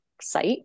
site